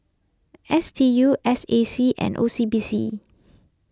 S D U S A C and O C B C